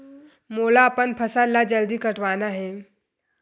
मोला अपन फसल ला जल्दी कटवाना हे?